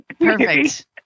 perfect